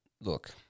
look